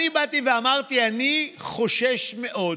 אני אמרתי: אני חושש מאוד